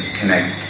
connect